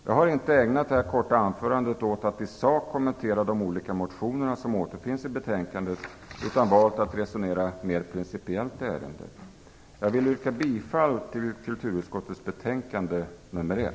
Jag har ägnat detta korta anförande åt att i sak kommentera de olika motionerna som behandlas i betänkandet, utan jag har valt att resonera mera principiellt i ärendet. Jag vill yrka bifall till hemställan i kulturutskottets betänkande nr 1.